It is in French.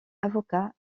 avocat